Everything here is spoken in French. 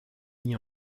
mis